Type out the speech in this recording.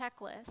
checklist